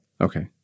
Okay